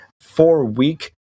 four-week